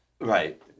Right